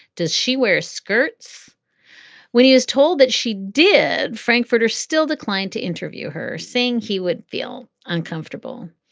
does she wear skirts when he is told that she did? frankfurter still declined to interview her, saying he would feel uncomfortable.